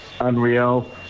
unreal